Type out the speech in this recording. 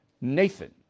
Nathan